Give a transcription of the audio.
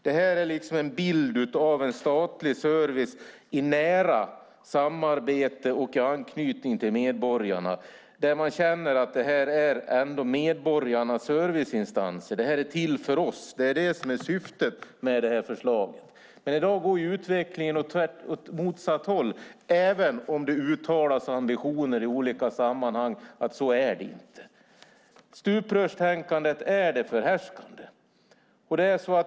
Det är en bild av en statlig service i nära samarbete och i anknytning till medborgarna där man känner att detta är medborgarnas serviceinstanser. Det här är till för oss. Det är det som är syftet med förslaget. Men i dag går utveckling åt motsatt håll, även om det uttalas ambitioner i olika sammanhang och sägs att det inte är så. Stuprörstänkandet är det förhärskande.